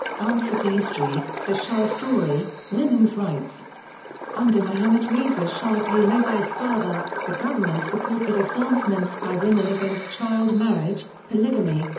answer to history the shah's story women's rights under mohammad reza shah pahlavi's father, the government supported advancements by women against child marriage, polygamy,